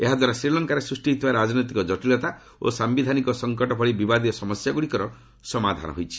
ଏହାଦ୍ୱାରା ଶ୍ରୀଲଙ୍କାରେ ସୃଷ୍ଟି ହୋଇଥିବା ରାଜନୈତିକ ଜଟିଳତା ଓ ସୟିଧାନ ସଂକଟ ଭଳି ବିବାଦୀୟ ସମସ୍ୟାଗ୍ରଡ଼ିକର ସମାଧାନ ହୋଇଛି